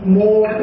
more